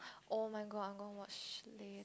oh-my-god I'm going to watch late